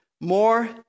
more